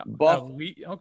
Okay